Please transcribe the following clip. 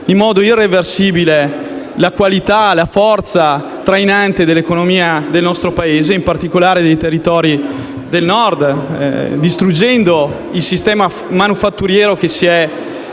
in modo irreversibile la qualità e la forza trainante dell'economia del nostro Paese, in particolare dei territori del Nord, distruggendo il sistema manifatturiero che si